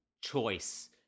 Choice